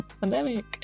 Pandemic